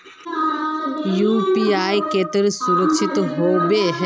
UPI केते सुरक्षित होबे है?